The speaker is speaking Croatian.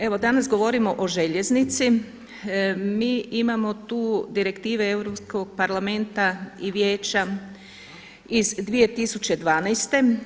Evo danas govorimo o željeznici, mi imamo tu direktive Europskog parlamenta i Vijeća iz 2012.